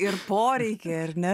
ir poreikį ar ne